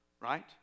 right